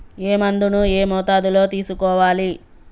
ఏ మందును ఏ మోతాదులో తీసుకోవాలి?